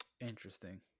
Interesting